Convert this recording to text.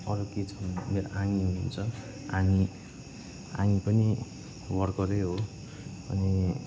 अरू के छ भन्दा मेरो आङी हुनुहुन्छ आङी आङी पनि वर्करै हो अनि